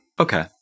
Okay